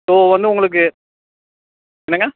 so வந்து உங்களுக்கு என்னங்க